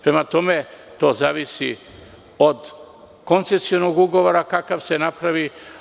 Prema tome, to zavisi od koncesionog ugovora kakav se napravi.